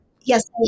Yes